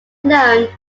known